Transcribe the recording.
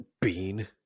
Bean